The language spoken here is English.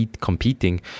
competing